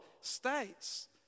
states